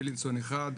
בילינסון 1,